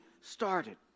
started